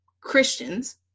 Christians